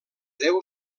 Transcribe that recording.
deu